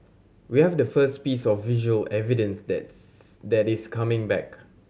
we have the first piece of visual evidence that's that is coming back